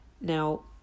Now